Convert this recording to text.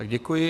Děkuji.